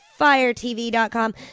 FireTV.com